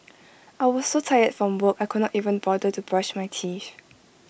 I was so tired from work I could not even bother to brush my teeth